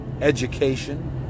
education